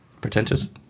pretentious